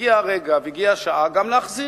הגיע הרגע והגיעה השעה גם להחזיר.